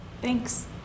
Thanks